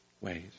ways